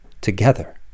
together